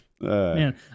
man